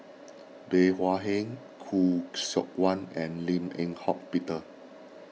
Bey Hua Heng Khoo Seok Wan and Lim Eng Hock Peter